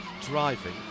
driving